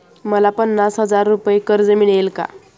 मला पन्नास हजार रुपये कर्ज मिळेल का?